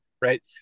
Right